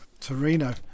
Torino